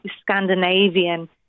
Scandinavian